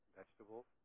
vegetables